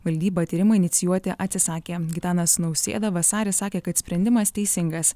valdyba tyrimui inicijuoti atsisakė gitanas nausėda vasarį sakė kad sprendimas teisingas